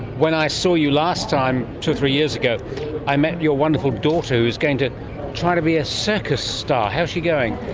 when i saw you last time two or three years ago i met your wonderful daughter who was going to try to be a circus star. how is she going?